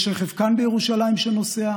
יש רכב כאן בירושלים שנוסע.